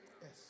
Yes